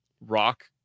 Rock